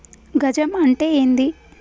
గజం అంటే ఏంది?